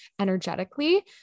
energetically